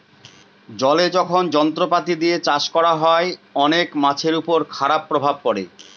জলে যখন যন্ত্রপাতি দিয়ে চাষ করা হয়, অনেক মাছের উপর খারাপ প্রভাব পড়ে